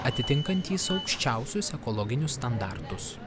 atitinkantys aukščiausius ekologinius standartus